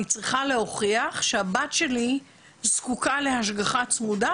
אני צריכה להוכיח שהבת שלי זקוקה להשגחה צמודה,